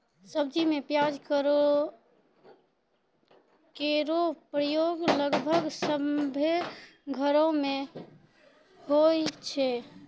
सब्जी में प्याज केरो प्रयोग लगभग सभ्भे घरो म होय छै